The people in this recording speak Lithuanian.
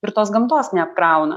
ir tos gamtos neapkrauna